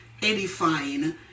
edifying